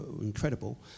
incredible